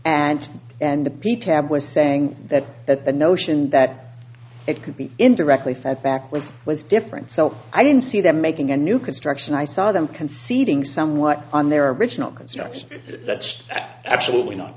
and and the p tab was saying that that the notion that it could be indirectly fed back was was different so i don't see them making a new construction i saw them conceding somewhat on their original construction that's at absolutely not